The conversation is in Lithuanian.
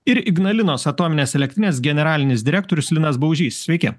ir ignalinos atominės elektrinės generalinis direktorius linas baužys sveiki